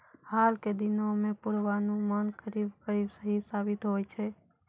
हाल के दिनों मॅ पुर्वानुमान करीब करीब सही साबित होय छै